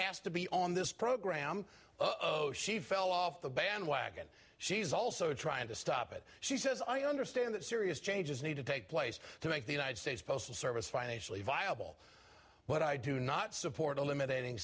asked to be on this program oh she fell off the bandwagon she's also trying to stop it she says i understand that serious changes need to take place to make the united states postal service financially viable but i do not support eliminating